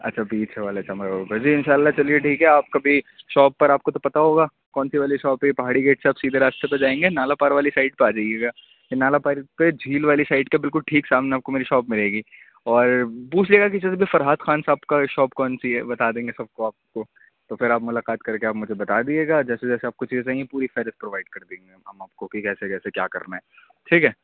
اچھا بیچ ہے والا چمروا جی انشاء اللہ چلیے ٹھیک ہے آپ کبھی شاپ پر آپ کو تو پتا ہوگا کون سی والی شاپ پہاڑی گیٹ سے آپ سیدھے رستے پہ جائیں گے نالا پار والی سائڈ پہ آ جائیے گایا نالا پار پہ جھیل والی سائڈ کا بالکل ٹھیک سامنے آپ کو میری شاپ ملے گی اور پوچھ لے گا کہ جی سے بھی فرحات خان سے آپ کا شاپ کون سی ہے بتا دیں گے سب کو آپ کو تو پھر آپ ملاقات کر کے آپ مجھے بتا دیجےا جیسے جیسے آپ کو چیزیںے پوری فہرست پروائڈ کر دیں گے ہم آپ کو کہ کیسے کیسے کیا کرنا ہے ٹھیک ہے